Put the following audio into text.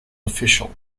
official